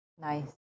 nice